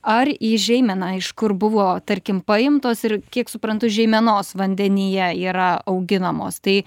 ar į žeimeną iš kur buvo tarkim paimtos ir kiek suprantu žeimenos vandenyje yra auginamos tai